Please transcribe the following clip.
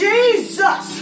Jesus